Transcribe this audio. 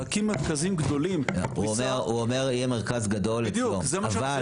להקים מרכזים גדולים --- הוא אומר יהיה מרכז גדול אצלו,